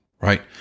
right